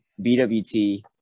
BWT